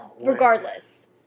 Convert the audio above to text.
Regardless